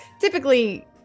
typically